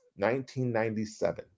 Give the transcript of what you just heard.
1997